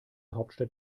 hauptstadt